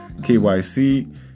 KYC